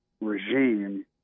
regime